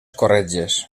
corretges